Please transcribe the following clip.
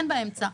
אין באמצע.